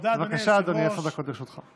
בבקשה, אדוני, עשר דקות לרשותך.